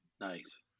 Nice